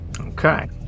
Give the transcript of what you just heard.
Okay